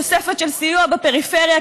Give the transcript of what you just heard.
תוספת של סיוע בפריפריה,